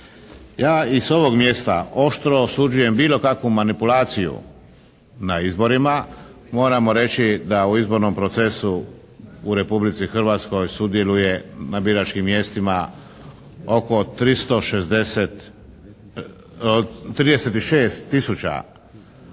Ja i s ovog mjesta oštro osuđujem bilo kakvu manipulaciju na izborima. Moramo reći da u izbornom procesu u Republici Hrvatskoj sudjeluje na biračkim mjestima oko 36000